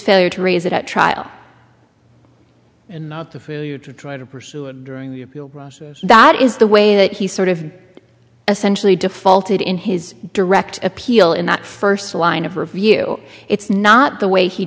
failure to raise it at trial and not the food to try to pursue a dream that is the way that he sort of essentially defaulted in his direct appeal in that first line of review it's not the way he